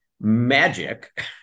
Magic